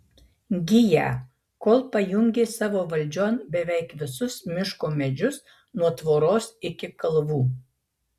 giją kol pajungė savo valdžion beveik visus miško medžius nuo tvoros iki kalvų